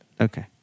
Okay